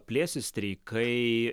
plėsis streikai